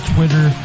Twitter